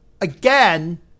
again